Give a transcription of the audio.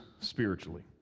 spiritually